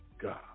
God